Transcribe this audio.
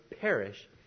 perish